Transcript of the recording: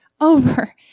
over